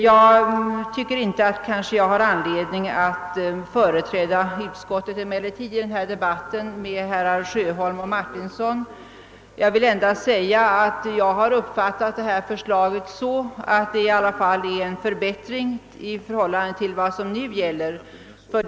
Jag tycker inte att jag har anledning att företräda utskottet i denna debatt med herrar Sjöholm och Martinsson. Jag vill endast säga att jag har uppfattat detta förslag så, att det i alla fall innebär en förbättring i förhållande till vad som nu gäller.